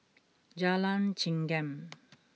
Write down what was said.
Jalan Chengam